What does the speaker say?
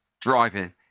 Driving